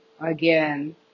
Again